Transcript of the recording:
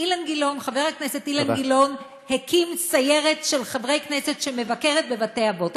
חבר הכנסת אילן גילאון הקים סיירת של חברי כנסת שמבקרת בבתי-אבות.